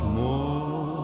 more